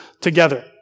together